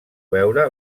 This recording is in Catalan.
veure